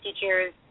teachers